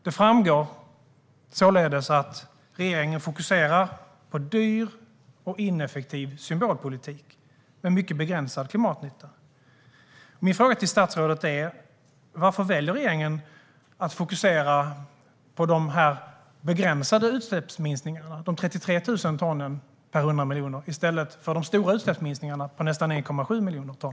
Det framgår således att regeringen fokuserar på dyr och ineffektiv symbolpolitik med mycket begränsad klimatnytta. Varför väljer regeringen att fokusera på de begränsade utsläppsminskningarna, 33 000 ton per 100 miljoner, i stället för de stora utsläppsminskningarna på nästan 1,7 miljoner ton?